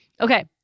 Okay